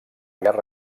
guerra